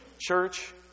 Church